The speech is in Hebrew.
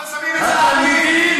אבל שמים אצל העניים.